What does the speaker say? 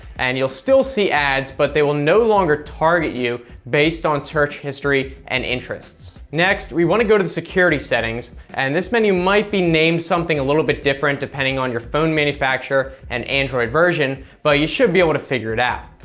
and you'll still see ads, but they will no longer target you based on your search history and interests. next we want to go to the security settings. and this menu might be named something a little bit different depending on your phone manufacturer and and version, but you should be able to figure it out.